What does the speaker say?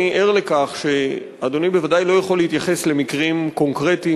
אני ער לכך שאדוני בוודאי לא יכול להתייחס למקרים קונקרטיים,